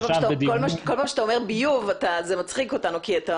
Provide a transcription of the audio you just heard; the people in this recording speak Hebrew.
כל פעם שאתה אומר ביוב זה מצחיק אותנו כי אנחנו